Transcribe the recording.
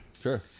Sure